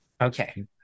Okay